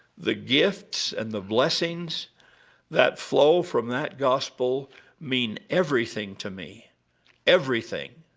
the gifts and the blessings that flow from that gospel mean everything to me everything